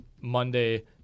monday